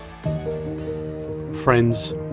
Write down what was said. Friends